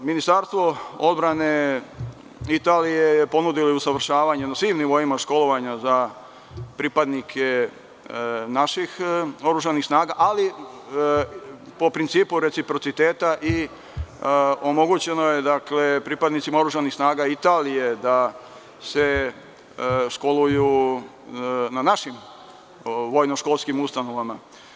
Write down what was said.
Ministarstvo odbrane Italije je ponudilo usavršavanje na svim nivoima školovanja za pripadnike naših oružanih snaga, ali po principu reciprociteta i omogućeno je pripadnicima oružanih snaga Italije da se školuju na našim vojno-školskim ustanovama.